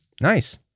Nice